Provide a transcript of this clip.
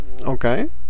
Okay